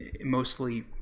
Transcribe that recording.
mostly